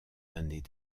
années